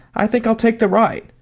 i think i'll take the right.